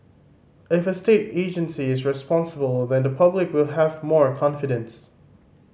if a state agency is responsible then the public will have more confidence